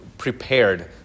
Prepared